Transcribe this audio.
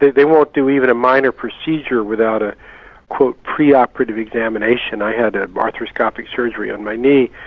they they won't do even a minor procedure without a pre-operative examination. i had ah arthroscopic surgery on my knee,